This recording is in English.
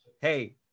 hey